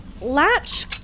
latch